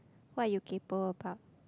what you kaypoh about